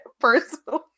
personally